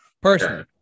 Personally